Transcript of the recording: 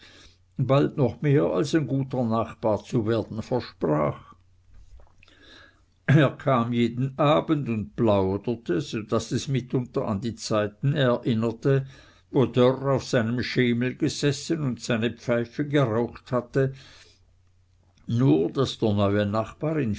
bald noch mehr als ein guter nachbar zu werden versprach er kam jeden abend und plauderte so daß es mitunter an die zeiten erinnerte wo dörr auf seinem schemel gesessen und seine pfeife geraucht hatte nur daß der neue